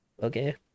okay